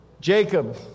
Jacob